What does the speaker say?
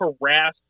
harass